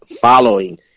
following